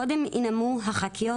קודם ינאמו הח"כיות.